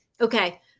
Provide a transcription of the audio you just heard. Okay